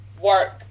work